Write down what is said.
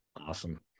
awesome